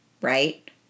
right